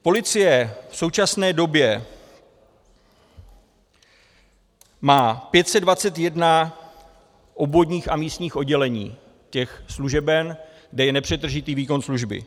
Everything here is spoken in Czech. Policie v současné době má 521 obvodních a místních oddělení, těch služeben, kde je nepřetržitý výkon služby.